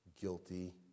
guilty